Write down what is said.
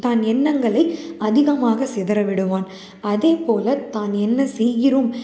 தான் எண்ணங்களை அதிகமாக சிதற விடுவான் அதைப்போல தான் என்ன செய்கிறோம்